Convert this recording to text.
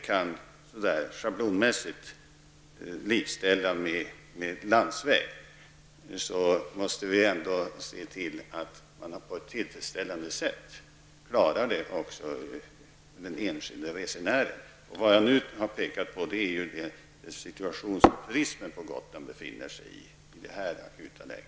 Även om vi inte schablonmässigt kan likställa vattenvägarna med landsväg, måste vi ändå se till att man på ett tillfredsställande sätt kan tillgodose också den enskilde resenärens behov. Vad jag nu har pekat på är den situation som turismen på Gotland befinner sig i i detta akuta läge.